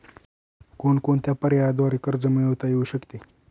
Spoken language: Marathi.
कोणकोणत्या पर्यायांद्वारे कर्ज मिळविता येऊ शकते?